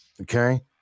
okay